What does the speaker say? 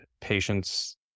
patients